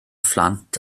phlant